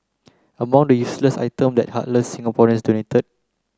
among the useless items that heartless Singaporeans donated